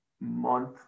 month